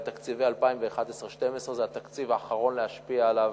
לתקציב 2011 2012. זה התקציב האחרון להשפיע עליו,